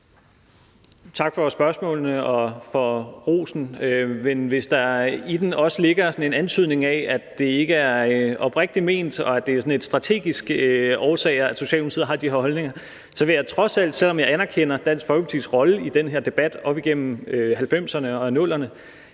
Tak for spørgsmålene og for rosen. Men hvis der i den også ligger sådan en antydning af, at det ikke er oprigtig ment, og at det sådan er af strategiske årsager, at Socialdemokratiet har de holdninger, vil jeg trods alt – selv om jeg anerkender Dansk Folkepartis rolle i den her debat op igennem 1990'erne og 00'erne